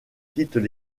quittent